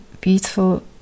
beautiful